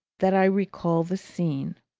that i recall the scene.